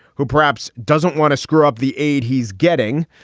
who perhaps doesn't want to screw up the aid he's getting.